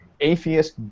atheist